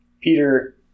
Peter